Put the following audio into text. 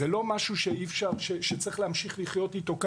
זה לא משהו שצריך להמשיך לחיות איתו ככה.